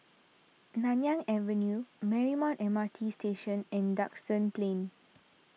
Nanyang Avenue Marymount M R T Station and Duxton Plain